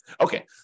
Okay